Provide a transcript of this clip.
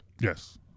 Yes